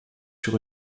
sur